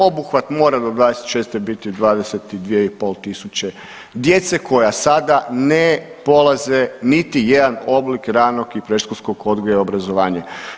Obuhvat mora do '26. biti 22.500 djece koja sada ne polaze niti jedan oblik ranog i predškolskog odgoja i obrazovanja.